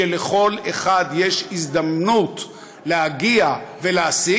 שבה לכל אחד יש הזדמנות להגיע ולהשיג,